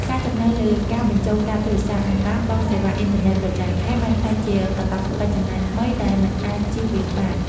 ការចំណាយលើការបញ្ចូលកាតទូរស័ព្ទ និងការបង់សេវាអ៊ីនធឺណិតប្រចាំខែបានក្លាយជាកាតព្វកិច្ចចំណាយថ្មីដែលមិនអាចជៀសវាងបាន។